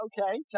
okay